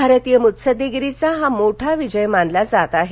भारतीय मुत्सद्देगिरीचा हा मोठा विजय मानला जात आहे